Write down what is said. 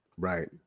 Right